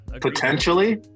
Potentially